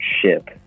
ship